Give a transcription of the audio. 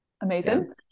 amazing